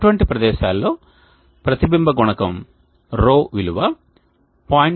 అటువంటి ప్రదేశాలలో ప్రతిబింబ గుణకం ρ విలువ 0